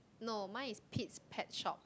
no mine is Pete's Pet Shop